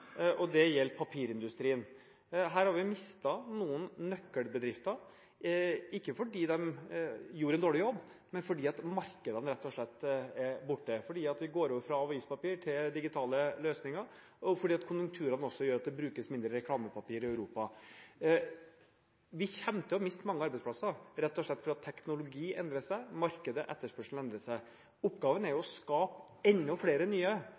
Det gjelder papirindustrien. Her har vi mistet noen nøkkelbedrifter, ikke fordi de gjorde en dårlig jobb, men fordi markedene rett og slett er borte – fordi vi går over fra avispapir til digitale løsninger, og fordi konjunkturene gjør at det brukes mindre reklamepapir i Europa. Vi kommer til å miste mange arbeidsplasser, rett og slett fordi teknologi endrer seg, og fordi marked og etterspørsel endrer seg. Oppgaven er å skape enda flere nye.